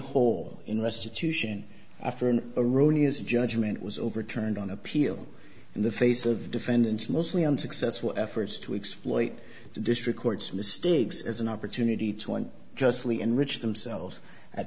whole in restitution after an erroneous judgment was overturned on appeal in the face of defendants mostly unsuccessful efforts to exploit the district court's mistakes as an opportunity to and justly enrich themselves at